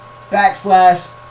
backslash